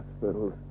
hospitals